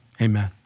amen